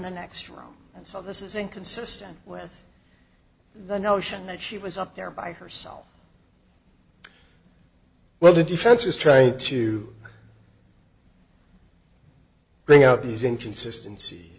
the next room and so this is inconsistent with the notion that she was up there by herself well the defense is trying to bring out these inconsistency